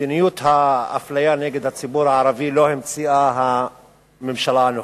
את מדיניות האפליה נגד הציבור הערבי לא המציאה הממשלה הנוכחית.